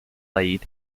laid